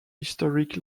historic